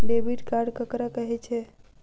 Debit card ककरा कहै छै?